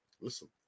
Listen